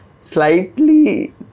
slightly